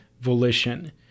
volition